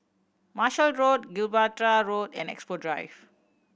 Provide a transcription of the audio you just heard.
Marshall Road Gibraltar Road and Expo Drive